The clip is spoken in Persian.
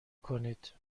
کنید